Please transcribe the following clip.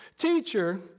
Teacher